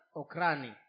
okrani